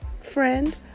friend